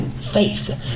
faith